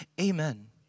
Amen